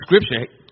Scripture